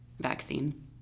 vaccine